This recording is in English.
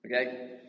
okay